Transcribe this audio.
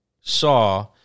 saw